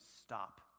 stop